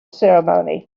ceremony